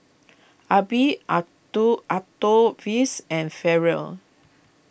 Arbie Octavius and Ferrell